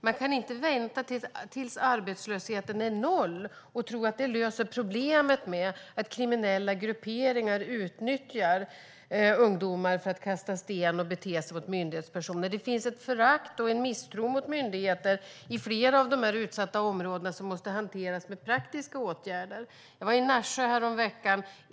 Man kan inte vänta till dess arbetslösheten är noll och tro att det löser problemet med att kriminella grupperingar utnyttjar ungdomar för att kasta sten och bete sig mot myndighetspersoner. Det finns ett förakt och en misstro mot myndigheter i flera av de utsatta områdena som måste hanteras med praktiska åtgärder. Jag var i Nässjö häromveckan.